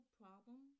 problem